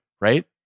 right